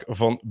van